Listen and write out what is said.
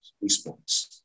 response